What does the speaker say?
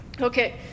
Okay